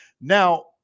Now